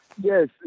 Yes